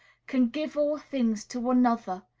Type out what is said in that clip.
can give all things to another,